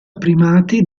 primati